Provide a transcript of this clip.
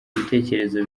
ibitekerezo